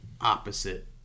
opposite